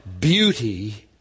beauty